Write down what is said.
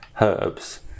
Herbs